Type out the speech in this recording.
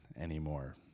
anymore